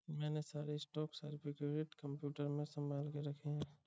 मैंने सारे stock certificate computer में संभाल के रखे हैं